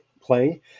play